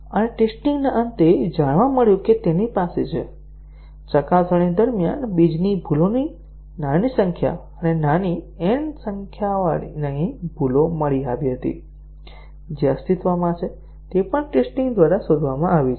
અને ટેસ્ટીંગ ના અંતે જાણવા મળ્યું કે તેની પાસે છે ચકાસણી દરમિયાન બીજની ભૂલોની નાની સંખ્યા અને નાની n સંખ્યાની ભૂલો મળી આવી હતી જે અસ્તિત્વમાં છે તે પણ ટેસ્ટીંગ દ્વારા શોધવામાં આવી છે